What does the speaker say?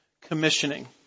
commissioning